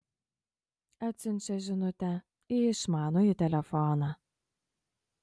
atsiunčia žinutę į išmanųjį telefoną